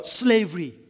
slavery